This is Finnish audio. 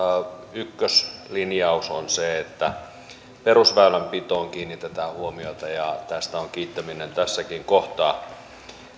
ykköslinjaus on se että perusväylänpitoon kiinnitetään huomiota ja tästä on kiittäminen tässäkin kohtaa